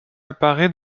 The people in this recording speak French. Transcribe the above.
apparaît